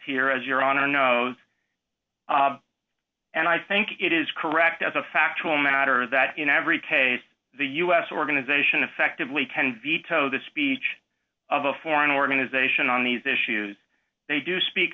here as your honor knows and i think it is correct as a factual matter that in every case the u s organization effectively can veto the speech of a foreign organization on these issues they do speak